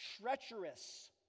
...treacherous